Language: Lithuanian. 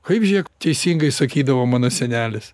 kaip žėk teisingai sakydavo mano senelis